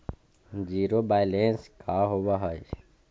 Zero balance का होव हइ?